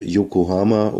yokohama